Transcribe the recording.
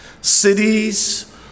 cities